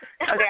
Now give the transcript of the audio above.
Okay